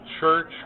church